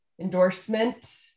endorsement